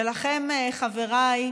ולכם, חבריי,